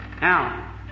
Now